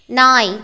நாய்